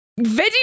video